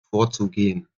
vorzugehen